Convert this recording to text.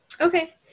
Okay